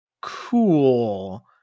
cool